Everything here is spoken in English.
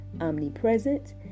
omnipresent